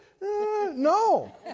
No